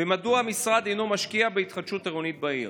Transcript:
2. מדוע המשרד לא משקיע בהתחדשות עירונית בעיר?